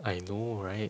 I know right